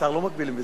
שר לא מגבילים בזמן.